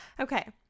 Okay